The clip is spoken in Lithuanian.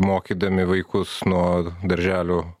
mokydami vaikus nuo darželių